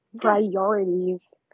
priorities